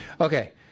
Okay